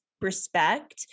respect